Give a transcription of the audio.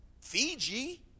Fiji